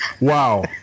Wow